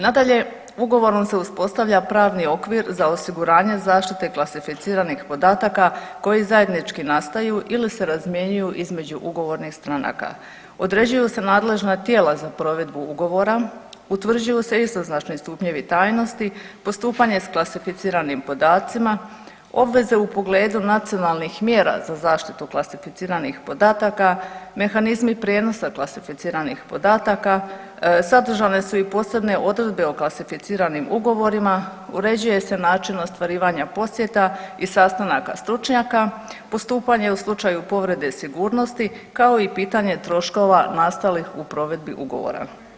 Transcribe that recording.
Nadalje, ugovorom se uspostavlja pravni okvir za osiguranje zaštite klasificiranih podataka koji zajednički nastaju ili se razmjenjuju između ugovornih stranaka, određuju se nadležna tijela za provedbu ugovora, utvrđuju se istoznačni stupnjevi tajnosti, postupanje s klasificiranim podacima, obveze u pogledu nacionalnih mjera za zaštitu klasificiranih podataka, mehanizmi prijenosa klasificiranih podataka, sadržane su i posebne odredbe o klasificiranim ugovorima, uređuje se način ostvarivanja posjeta i sastanaka stručnjaka, postupanje u slučaju povrede sigurnosti, kao i pitanje troškova nastalih u provedbi ugovora.